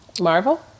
Marvel